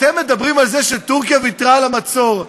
אתם מדברים על זה שטורקיה ויתרה על המצור.